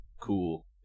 Cool